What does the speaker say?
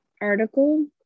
article